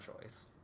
choice